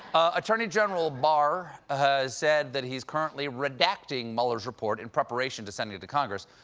attorney general barr has said that he's currently redacting mueller's report in preparation to send it to congress,